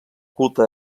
culte